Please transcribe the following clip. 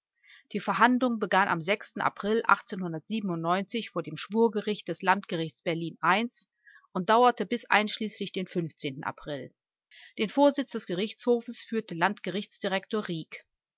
die verhandlung gegen den fürsten philipp eulenburg vor dem schwurgericht des landgerichts i wegen wissentlichen meineids und versuchter verleitung zum meineid den vorsitz des gerichtshofes führte landgerichtsdirektor